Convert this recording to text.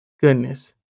goodness